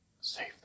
Save